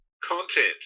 content